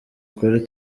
kuri